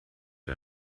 der